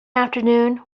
afternoon